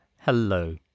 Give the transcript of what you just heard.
hello